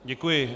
Děkuji.